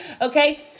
okay